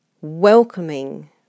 welcoming